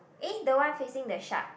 eh the one facing the shark